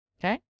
Okay